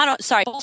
sorry